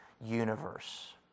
universe